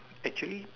actually